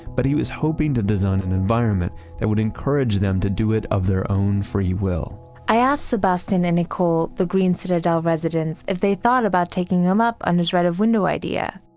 but he was hoping to design an environment that would encourage them to do it of their own free will i asked sebastian and nicole the green citadel residents if they thought about taking him up on his right of window idea?